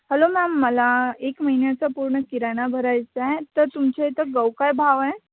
hello ma'am मला एक महिन्याचं पूर्ण किराणा भरायचा आहे तर तुमच्या इथं गहू काय भाव आहे